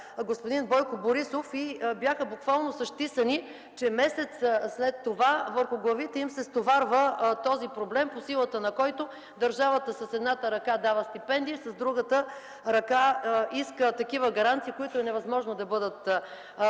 гражданин на Босилеград и бяха буквално сащисани, че месец след това върху главите им се стоварва този проблем, по силата на който държавата с едната ръка дава стипендии, а с другата ръка иска такива гаранции, които е невъзможно да бъдат внесени.